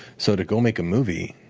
so to go make a movie,